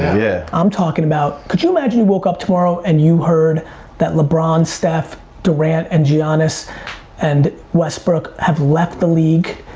yeah i'm talkin' about, could you imagine you woke up tomorrow, and you heard that lebron, steph, durant and giannis and westbrook have left the league?